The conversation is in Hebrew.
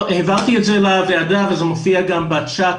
אני